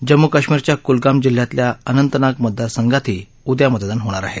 जम्मू कश्मीरच्या कुलगाम जिल्ह्यातल्या अनंतनाग मतदार संघातही उद्या मतदान होईल